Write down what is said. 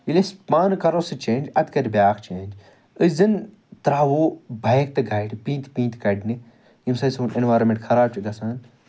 ییٚلہِ أسۍ پانہٕ کرو سۄ چینٛج ادٕ کَرٕ بیٛاکھ چینٛج أسۍ زن ترٛاوو بایک تہٕ گاڑٕ پیٖنتہ پیٖنتہِ کَڑنہِ ییٚمہِ سۭتۍ سون ایٚنویٚرانمیٚنٛٹ خراب چھُ گَژھان